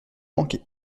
manquer